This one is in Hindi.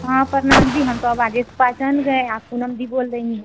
हाँ प्रनाम दी हम तो अवाज़ से पहचान गए आप पूनम दी बोल रही हैं